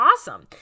awesome